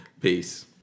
Peace